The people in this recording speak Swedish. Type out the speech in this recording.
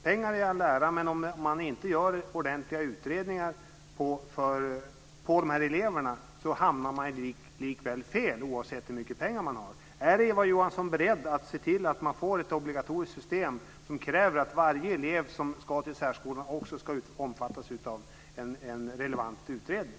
Pengar i all ära, men om man inte gör ordentliga utredningar av de här eleverna så hamnar man likväl fel oavsett hur mycket pengar man har. Är Eva Johansson beredd att se till att man får ett obligatoriskt system som kräver att varje elev som ska till särskolan också ska omfattas av en relevant utredning?